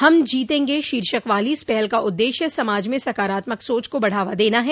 हम जीतेंगे शीर्षक वाली इस पहल का उद्देश्य समाज में सकारात्मक सोच को बढ़ावा देना है